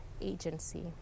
agency